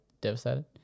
Devastated